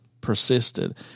persisted